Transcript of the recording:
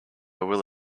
will